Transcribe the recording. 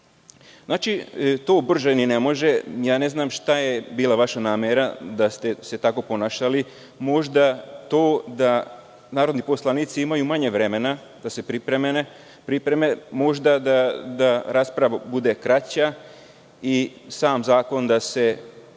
To brže ni ne može. Ne znam šta je bila vaša namera kad ste se tako ponašali. Možda to da narodni poslanici imaju manje vremena da se pripreme, možda da rasprava bude kraća i sam zakon da se